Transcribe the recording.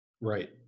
Right